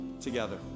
together